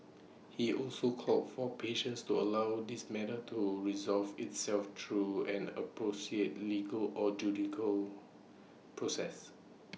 he also called for patience to allow this matter to resolve itself through an appropriate legal or judicial process